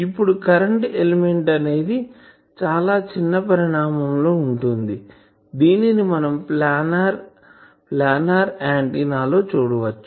ఇప్పుడు current element అనేది చాలా చిన్న పరిణామం లో ఉంటుంది దీనిని మనం ప్లానార్ ఆంటిన్నా లో చూడవచ్చు